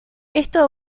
esto